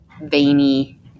veiny